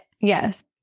Yes